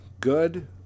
Good